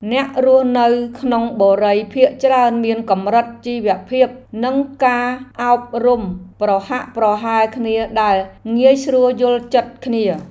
អ្នករស់នៅក្នុងបុរីភាគច្រើនមានកម្រិតជីវភាពនិងការអប់រំប្រហាក់ប្រហែលគ្នាដែលងាយស្រួលយល់ចិត្តគ្នា។